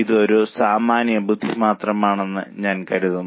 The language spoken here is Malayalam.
അത് ഒരു സാമാന്യബുദ്ധി മാത്രമാണെന്ന് ഞാൻ കരുതുന്നു